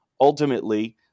ultimately